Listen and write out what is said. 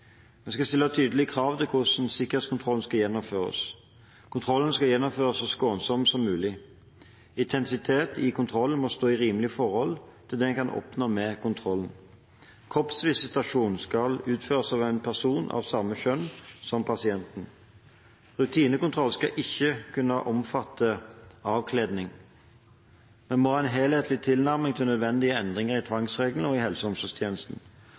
Vi skal stille tydelige krav til hvordan sikkerhetskontrollene skal gjennomføres. Kontrollene skal gjennomføres så skånsomt som mulig. Intensiteten i kontrollen må stå i rimelig forhold til det en kan oppnå med kontrollen. Kroppsvisitasjon skal utføres av en person av samme kjønn som pasienten. Rutinekontrollene skal ikke kunne omfatte avkledning. Vi må ha en helhetlig tilnærming til nødvendige endringer i tvangsreglene i helse- og omsorgstjenesten.